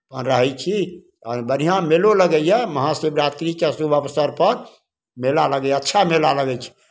आ रहै छी आओर बढ़िआँ मेलो लगैए महाशिवरात्रिके शुभ अवसरपर मेला लगैए अच्छा मेला लगै छै